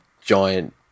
giant